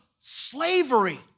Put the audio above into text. slavery